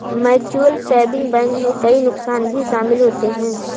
mutual saving bank में कई नुकसान भी शमिल होते है